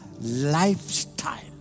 lifestyle